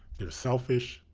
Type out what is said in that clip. they're selfish,